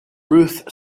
ruth